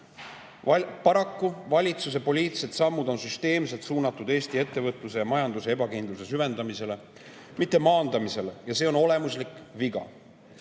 Paraku valitsuse poliitilised sammud on süsteemselt suunatud Eesti ettevõtluse ja majanduse ebakindluse süvendamisele, mitte maandamisele, ja see on olemuslik viga.